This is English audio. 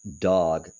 dog